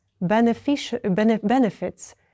benefits